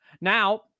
Now